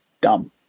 Dumb